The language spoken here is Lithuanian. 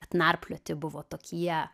atnarplioti buvo tokie